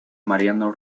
mariano